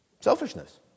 Selfishness